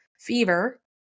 fever